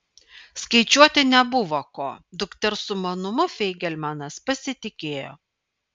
skaičiuoti nebuvo ko dukters sumanumu feigelmanas pasitikėjo